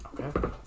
Okay